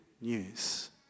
news